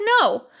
no